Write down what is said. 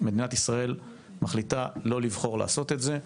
מדינת ישראל מחליטה לא לבחור לעשות את זה.